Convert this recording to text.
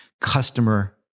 customer